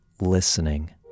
listening